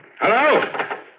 Hello